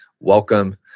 welcome